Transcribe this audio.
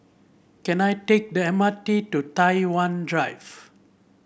can I take the M R T to Tai Wan Drive